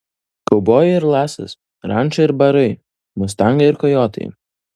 kaubojai ir lasas ranča ir barai mustangai ir kojotai